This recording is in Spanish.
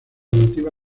nativa